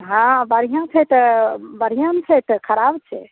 हँ बढ़िआँ छै तऽ बढ़िआँ नहि छै तऽ खराब छै